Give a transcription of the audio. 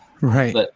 right